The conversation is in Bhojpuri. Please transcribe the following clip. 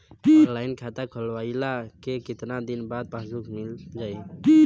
ऑनलाइन खाता खोलवईले के कितना दिन बाद पासबुक मील जाई?